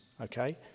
okay